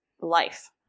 life